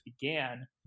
began